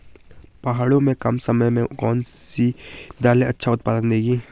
पहाड़ों में कम समय में कौन सी दालें अच्छा उत्पादन देंगी?